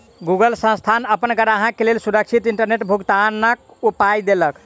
Google संस्थान अपन ग्राहक के लेल सुरक्षित इंटरनेट भुगतनाक उपाय देलक